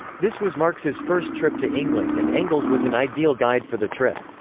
this was marx's first trip to england and engels was an ideal guide for the trip.